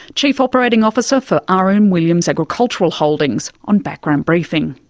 chief operating officer for r. m. williams agricultural holdings, on background briefing.